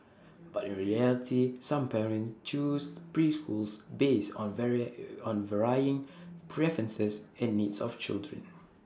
but in reality some parents choose preschools based on varied varying preferences and needs of children